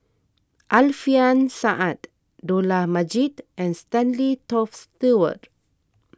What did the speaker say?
Alfian Sa'At Dollah Majid and Stanley Toft Stewart